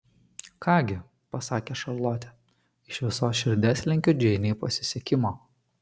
ką gi pasakė šarlotė iš visos širdies linkiu džeinei pasisekimo